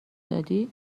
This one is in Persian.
دادی